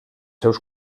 seus